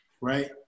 right